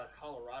Colorado